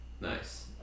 Nice